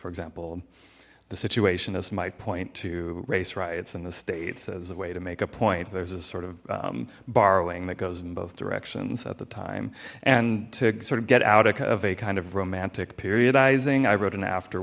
for example the situationists might point to race riots in the states as a way to make a point there's a sort of borrowing that goes in both directions at the time and to sort of get out of a kind of romantic period izing i wrote an